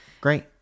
Great